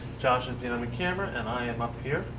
josh is behind the camera. and i am up here